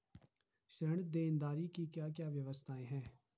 ऋण देनदारी की क्या क्या व्यवस्थाएँ हैं?